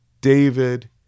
David